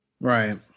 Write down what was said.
Right